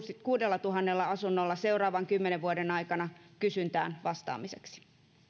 kuudellatuhannella asunnolla seuraavien kymmenen vuoden aikana kysyntään vastaamiseksi